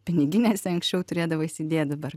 piniginėse anksčiau turėdavo įsidėję dabar